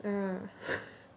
yeah